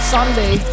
Sunday